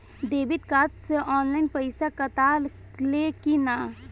Debit card से online पैसा कटा ले कि ना?